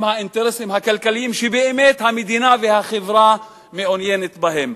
האינטרסים הכלכליים שבאמת המדינה והחברה מעוניינות בהם.